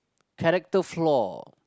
character flaw